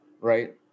right